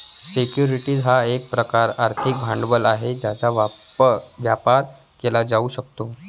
securities हा एक प्रकारचा आर्थिक भांडवल आहे ज्याचा व्यापार केला जाऊ शकतो